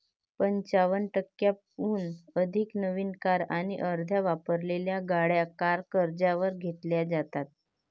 पंचावन्न टक्क्यांहून अधिक नवीन कार आणि अर्ध्या वापरलेल्या गाड्या कार कर्जावर घेतल्या जातात